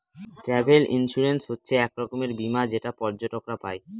travel insurance হচ্ছে এক রকমের বীমা যেটা পর্যটকরা পাই